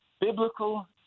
biblical